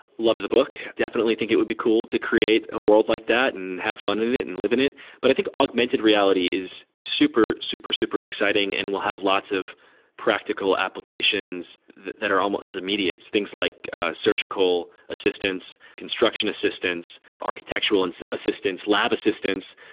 loved the book. definitely think it would be cool to create a world like that and have fun in it and live in it but i think augmented reality is super, super, super exciting and we'll have lots of practical applications that that are almost immediate, things like surgical assistants, construction assistants, architectural and assistants, lab assistants.